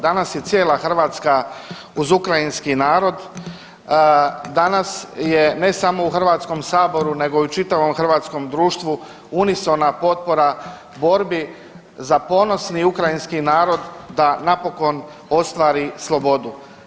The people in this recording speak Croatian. Danas je cijela Hrvatska uz ukrajinski narod, danas je ne samo u HS nego i u čitavom hrvatskom društvu unisona potpora borbi za ponosni ukrajinski narod da napokon ostvari slobodu.